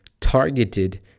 targeted